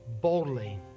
boldly